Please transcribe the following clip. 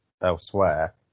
elsewhere